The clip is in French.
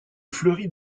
fleurit